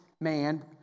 man